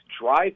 drive